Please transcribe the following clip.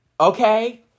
Okay